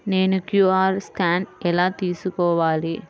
నేను QR scan ఎలా తీసుకోవాలి?